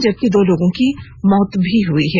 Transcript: जबकि दो लोगों की मौत हुई हैं